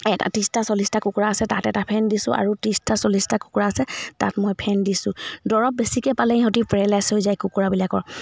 এটা ত্ৰিছটা চল্লিছটা কুকুৰা আছে তাত এটা ফেন দিছোঁ আৰু ত্ৰিছটা চল্লিছটা কুকুৰা আছে তাত মই ফেন দিছোঁ দৰৱ বেছিকৈ পালে সিহঁতি পেৰেলাইজ হৈ যায় কুকুৰাবিলাকৰ